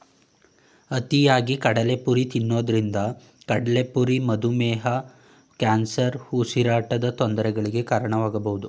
ಅತಿಯಾಗಿ ಕಡಲೆಪುರಿ ತಿನ್ನೋದ್ರಿಂದ ಕಡ್ಲೆಪುರಿ ಮಧುಮೇಹ, ಕ್ಯಾನ್ಸರ್, ಉಸಿರಾಟದ ತೊಂದರೆಗಳಿಗೆ ಕಾರಣವಾಗಬೋದು